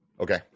Okay